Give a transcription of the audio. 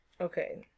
Okay